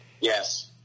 Yes